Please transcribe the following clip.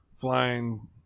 Flying